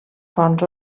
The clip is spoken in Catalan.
fonts